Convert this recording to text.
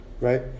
right